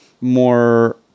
more